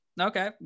Okay